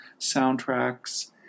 soundtracks